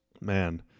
man